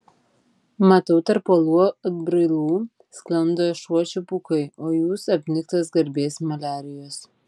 matau tarp uolų atbrailų sklando ašuočių pūkai o jūs apniktas garbės maliarijos